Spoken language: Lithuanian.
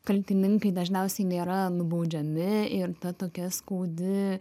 kaltininkai dažniausiai nėra nubaudžiami ir ta tokia skaudi